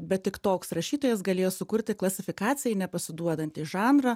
bet tik toks rašytojas galėjo sukurti klasifikacijai nepasiduodantį žanrą